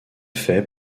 fait